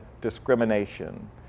discrimination